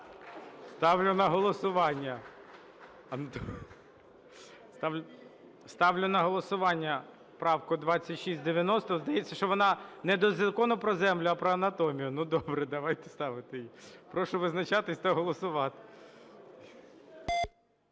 Ставлю на голосування правку 2690. Здається, що вона не до Закону про землю, а про анатомію. Ну, добре, давайте ставити її. Прошу визначатись та голосувати.